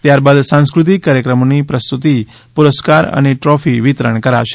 ત્યારબાદ સાંસ્કૃતિક કાર્યક્રમોની પ્રસ્તુતિ પુરસ્કાર અને દ્રોફી વિતરણ કરાશે